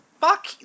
Fuck